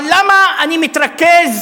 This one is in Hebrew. אבל למה אני מתרכז